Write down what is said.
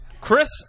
Chris